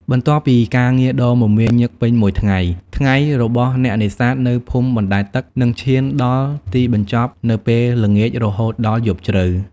បន្ទាប់ពីការងារដ៏មមាញឹកពេញមួយថ្ងៃ ថ្ងៃរបស់អ្នកនេសាទនៅភូមិបណ្តែតទឹកនឹងឈានដល់ទីបញ្ចប់នៅពេលល្ងាចរហូតដល់យប់ជ្រៅ។